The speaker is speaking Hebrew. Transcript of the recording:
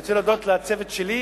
אני רוצה להודות לצוות שלי,